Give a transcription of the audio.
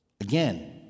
Again